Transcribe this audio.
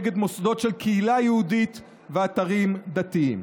נגד מוסדות של קהילה יהודית ואתרים דתיים.